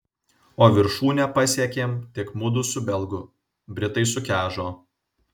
o viršūnę pasiekėm tik mudu su belgu britai sukežo